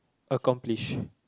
accomplish